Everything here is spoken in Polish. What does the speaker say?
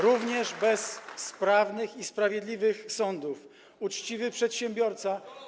Również bez sprawnych i sprawiedliwych sądów uczciwy przedsiębiorca.